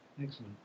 Excellent